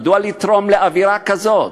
מדוע לתרום לאווירה כזאת?